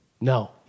No